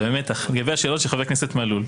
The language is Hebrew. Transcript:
לגבי השאלות של חבר הכנסת מלול.